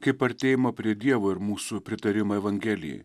kaip artėjimą prie dievo ir mūsų pritarimą evangelijai